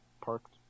parked